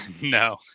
No